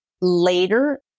later